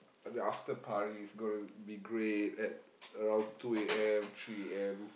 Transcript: the after party is gonna be great at around two A_M three A_M